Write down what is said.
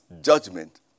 judgment